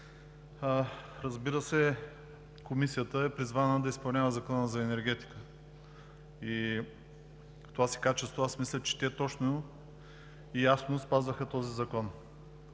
Разбира се, Комисията е призвана да изпълнява Закона за енергетиката и в това си качество аз мисля, че те точно и ясно спазваха този закон.